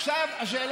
עושים זאת.